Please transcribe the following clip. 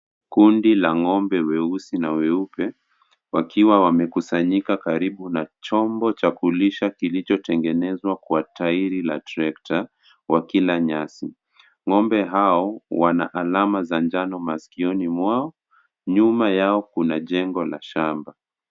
Kundi la ng'ombe weusi na weupe wakiwa wamekusanyika karibu na chombo cha kulisha kilichotengenezwa kwa tairi la trekta wakila nyasi.Ng'ombe hao wana alama za njano masikioni mwao, nyuma yao kuna jengo la shamba.